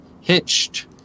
hitched